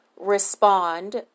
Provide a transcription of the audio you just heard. respond